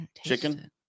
Chicken